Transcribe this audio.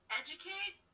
educate